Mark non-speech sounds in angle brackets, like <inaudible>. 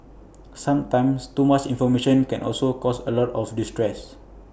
<noise> sometimes too much information can also cause A lot of distress